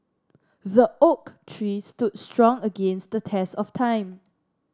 the oak tree stood strong against the test of time